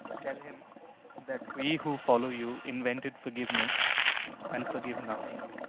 tell him that we who follow you invented forgiveness and forgive nothing.